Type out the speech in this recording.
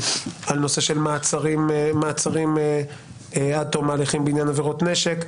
על נושא של מעצרים עד תום ההליכים בעניין עבירות נשק.